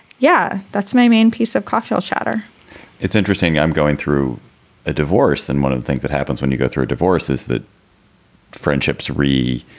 yeah, that's my main piece of cocktail chatter it's interesting. i'm going through a divorce. and one of the things that happens when you go through a divorce is that friendships really